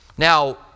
Now